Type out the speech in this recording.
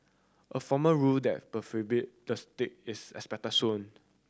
a formal rule that prohibit the stick is expected soon